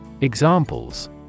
Examples